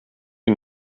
you